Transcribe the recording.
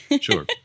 Sure